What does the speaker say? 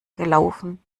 gelaufen